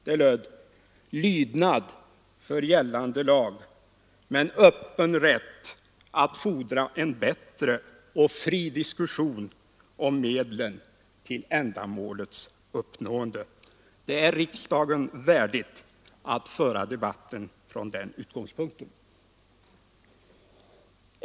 Det löd: ”Lydnad för gällande lag men öppen rätt att fordra en bättre och fri diskussion om medlen till ändamålets ernående.” Det är riksdagen värdigt att föra debatten från den utgångspunkten.